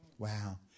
Wow